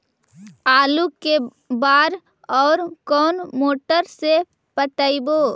आलू के बार और कोन मोटर से पटइबै?